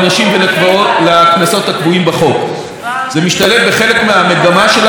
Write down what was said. זה משתלב בחלק מהמגמה שלנו להקטין רגולציה ולקבוע